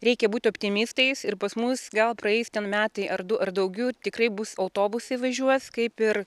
reikia būti optimistais ir pas mus gal praeis ten metai ar du ar daugiau tikrai bus autobusai važiuos kaip ir